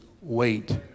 wait